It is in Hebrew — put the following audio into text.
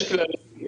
יש כללים.